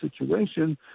situation